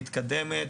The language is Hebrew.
מתקדמת,